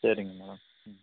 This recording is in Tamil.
சரிங்க மேடம் ம்